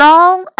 Long